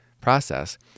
process